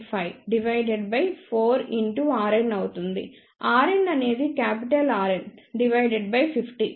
585 divided by 4 x rn అవుతుంది rn అనేది capital Rn divided by 50